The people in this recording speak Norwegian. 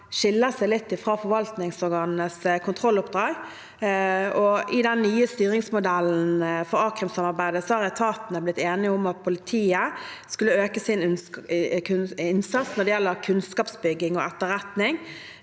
skiller seg litt fra forvaltningsorganenes kontrolloppdrag, og i den nye styringsmodellen for a-krimsamarbeidet har etatene blitt enige om at politiet skal øke sin innsats når det gjelder kunnskapsbygging og etterretning.